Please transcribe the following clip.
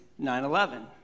9-11